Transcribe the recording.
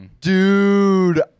Dude